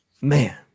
man